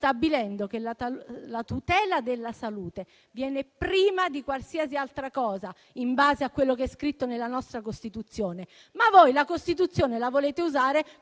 stabilendo che la tutela della salute viene prima di qualsiasi altra cosa, in base a quello che è scritto nella nostra Costituzione. Ma voi la Costituzione la volete usare